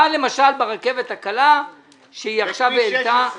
מה למשל ברכבת הקלה שהיא עכשיו העלתה --- וכביש 16 גם.